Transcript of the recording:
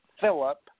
Philip